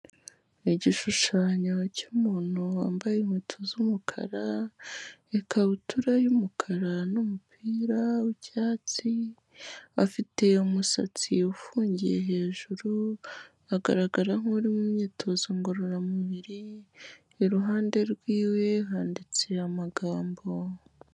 Igishushanyo cy'umuntu wambaye inkweto z'umukara, ikabutura y'umukara n'umupira w'icyatsi, afite umusatsi ufungiye hejuru, agaragara nk'uri mu myitozo ngororamubiri, iruhande rwiwe handitse amagambo.